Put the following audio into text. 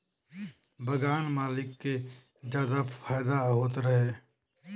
बगान मालिक के जादा फायदा होत रहे